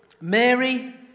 Mary